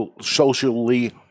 socially